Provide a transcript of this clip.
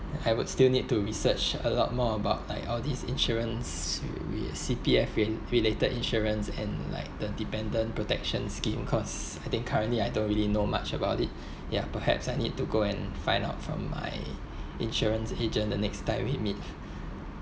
I would still need to research a lot more about like all these insurance we C_P_F re~ related insurance and like the dependant protection scheme cause I think currently I don't really know much about it yeah perhaps I need to go and find out from my insurance agent the next time we meet